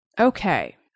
Okay